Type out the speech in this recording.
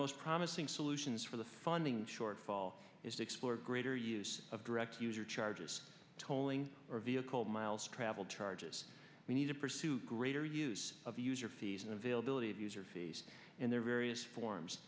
most promising solutions for the funding shortfall is to explore greater use of direct user charges tolling or vehicle miles traveled charges we need to pursue greater use of user fees and availability of user fees in their various forms